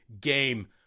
Game